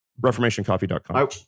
Reformationcoffee.com